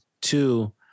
two